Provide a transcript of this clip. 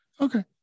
Okay